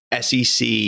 SEC